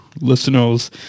listeners